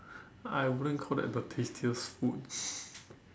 I wouldn't call that the tastiest food